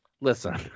Listen